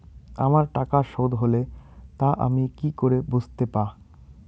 আমার টাকা শোধ হলে তা আমি কি করে বুঝতে পা?